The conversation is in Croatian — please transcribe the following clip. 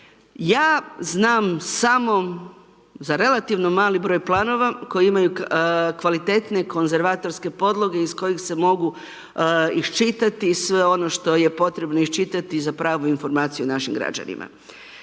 Ja znam samo za relativno mali broj planova koji imaju kvalitetne konzervatorske podloge iz kojih se mogu iščitati sve ono što je potrebno iščitati za pravu informaciju našim građanima.